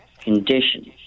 conditions